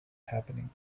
happening